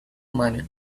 money